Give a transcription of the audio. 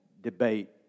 debate